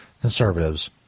conservatives